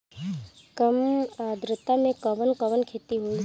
कम आद्रता में कवन कवन खेती होई?